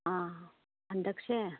ꯑꯥ ꯍꯟꯗꯛꯁꯦ